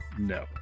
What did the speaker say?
No